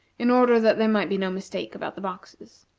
in order that there might be no mistake about the boxes.